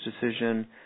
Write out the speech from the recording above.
decision